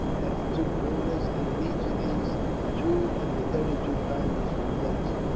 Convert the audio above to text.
at the two corners, and in each of these two of the thirty-two pounders were placed.